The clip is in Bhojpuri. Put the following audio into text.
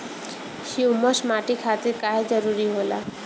ह्यूमस माटी खातिर काहे जरूरी होला?